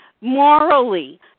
morally